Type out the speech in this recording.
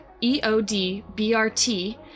E-O-D-B-R-T